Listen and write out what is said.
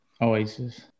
Oasis